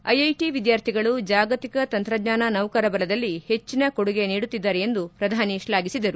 IIT ವಿದ್ಯಾರ್ಥಿಗಳು ಜಾಗತಿಕ ತಂತ್ರಜ್ಞಾನ ನೌಕರ ಬಲದಲ್ಲಿ ಹೆಚ್ಚನ ಕೊಡುಗೆ ನೀಡುತ್ತಿದ್ದಾರೆ ಎಂದು ಪ್ರಧಾನಿ ಶ್ಲಾಘಿಸಿದರು